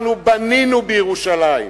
אנחנו בנינו בירושלים,